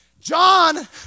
John